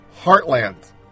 heartland